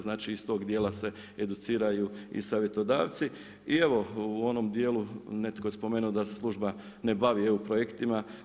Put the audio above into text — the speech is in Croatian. Znači iz tog dijela se educiraju i savjetodavci i evo u onom dijelu netko je spomenuo da se služba ne bavi EU projektima.